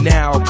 now